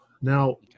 Now